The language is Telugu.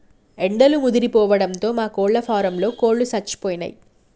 ఎండలు ముదిరిపోవడంతో మా కోళ్ళ ఫారంలో కోళ్ళు సచ్చిపోయినయ్